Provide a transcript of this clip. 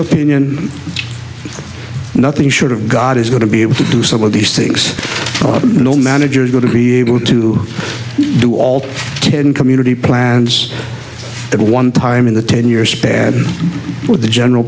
opinion nothing short of god is going to be able to do some of these things no manager is going to be able to do all ten community plans at one time in the ten years bad with the general